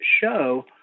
show